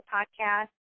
Podcast